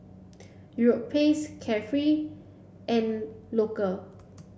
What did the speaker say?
Europace Carefree and Loacker